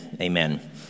Amen